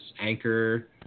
Anchor